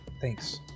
Thanks